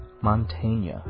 Montaigne